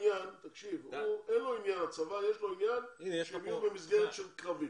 לצבא יש עניין שהם יהיו במסגרת של קרבי.